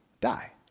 die